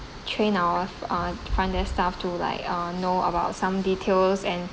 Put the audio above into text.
train our uh front their staff to like ah know about some details and